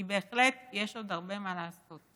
כי בהחלט יש עוד הרבה מה לעשות.